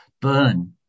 Burn